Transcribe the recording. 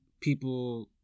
people